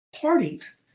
parties